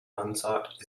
unsought